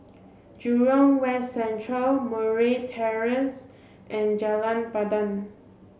Jurong West Central Murray Terrace and Jalan Pandan